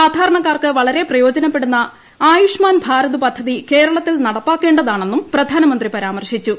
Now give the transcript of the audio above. സാധാരണക്കാർക്ക് വളരെ പ്രയോജനപ്പെടുന്ന ആയുഷ്മാൻ ഭാരത് പദ്ധതി കേരളത്തിൽ നടപ്പാക്കേണ്ടതാണെന്നും പ്രധാനമന്ത്രി പരാമർശിച്ചു